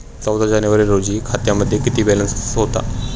चौदा जानेवारी रोजी खात्यामध्ये किती बॅलन्स होता?